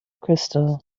crystal